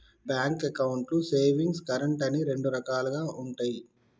bank అకౌంట్లు savings, current అని రెండు రకాలుగా ఉంటయి